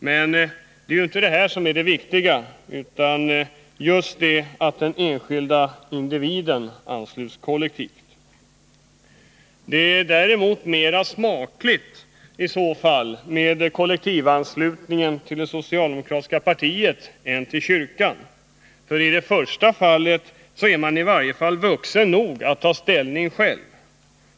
Men det är inte detta som är det viktiga, utan det är just att den enskilda individen ansluts kollektivt. Ändå är det i så fall mera smakligt med kollektivanslutning till det socialdemokratiska partiet än till kyrkan. I det första fallet är man i varje fall vuxen nog att ta ställning själv.